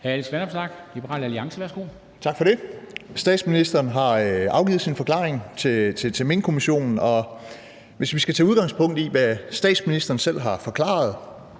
35 Alex Vanopslagh (LA): Tak for det. Statsministeren har afgivet sin forklaring til Minkkommissionen, og hvis vi skal tage udgangspunkt i, hvad statsministeren selv har forklaret,